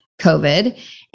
COVID